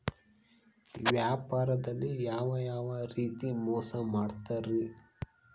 ವ್ಯಾಪಾರದಲ್ಲಿ ಯಾವ್ಯಾವ ರೇತಿ ಮೋಸ ಮಾಡ್ತಾರ್ರಿ?